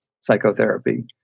psychotherapy